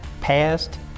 past